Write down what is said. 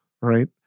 right